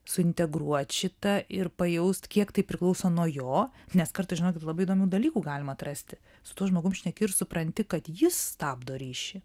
suintegruot šitą ir pajaust kiek tai priklauso nuo jo nes kartais žinokit labai įdomių dalykų galima atrasti su tuo žmogum šneki ir supranti kad jis stabdo ryšį